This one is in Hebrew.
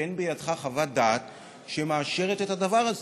ואין בידך חוות דעת שמאשרת את הדבר הזה.